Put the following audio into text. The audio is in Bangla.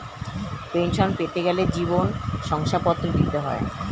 পেনশন পেতে গেলে জীবন শংসাপত্র দিতে হয়